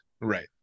Right